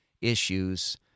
issues